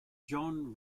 john